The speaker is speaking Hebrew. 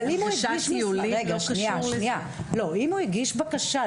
רגע שנייה שנייה,